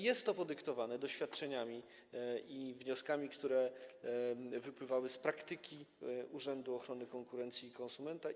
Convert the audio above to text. Jest to podyktowane doświadczeniami i wnioskami, które wypływały z praktyki Urzędu Ochrony Konkurencji i Konsumentów.